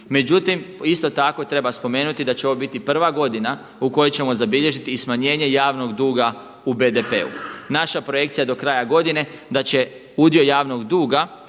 Međutim, isto tako treba spomenuti da će ovo biti prva godina u kojoj ćemo zabilježiti i smanjenje javnog duga u BDP-u. Naša projekcija do kraja godine da će udio javnog duga